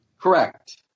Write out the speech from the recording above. Correct